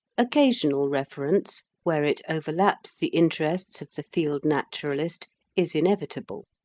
occasional reference, where it overlaps the interests of the field-naturalist, is inevitable.